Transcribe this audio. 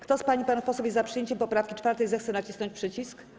Kto z pań i panów posłów jest za przyjęciem poprawki 4., zechce nacisnąć przycisk.